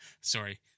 Sorry